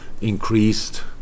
increased